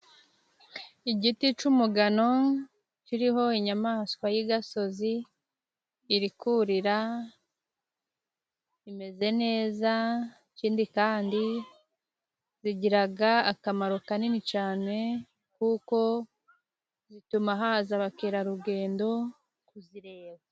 Igiti cy'umugano kiriho inyamaswa y'igasozi iri kurira imeze neza, ikindi kandi zigira akamaro kanini cyane kuko bituma haza abakerarugendo kuzireba.